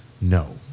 No